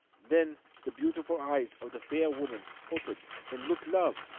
then the beautiful eyes of the fair woman open and look love,